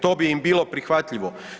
To bi im bilo prihvatljivo.